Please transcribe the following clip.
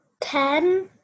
Ten